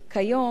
כיום,